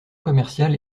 commercial